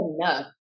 enough